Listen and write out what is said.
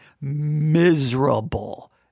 miserable